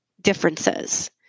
differences